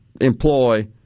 employ